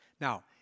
Now